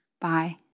bye